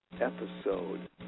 episode